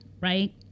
right